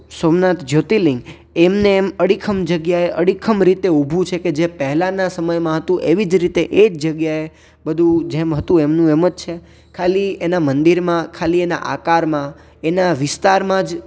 સોમનાથ જ્યોતિર્લિંગ એમ ને એમ અડીખમ જગ્યા અડીખમ રીતે ઊભું છે કે જે પહેલાંના સમયમાં હતું એવી જ રીતે એ જ જગ્યાએ બધું જેમ હતું એમનું એમ જ છે ખાલી એના મંદિરમાં ખાલી એના આકારમાં એના વિસ્તારમાં જ